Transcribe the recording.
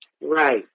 Right